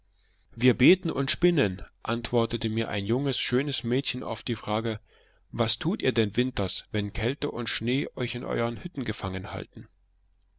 wir beten und spinnen antwortete mir ein junges schönes mädchen auf die frage was tut ihr denn winters wenn kälte und schnee euch in euren hütten gefangen halten